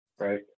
Right